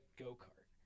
go-kart